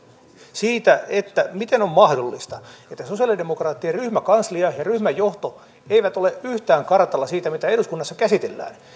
siitä miten on mahdollista että sosialide mokraattien ryhmäkanslia ja ryhmän johto eivät ole yhtään kartalla siitä mitä eduskunnassa käsitellään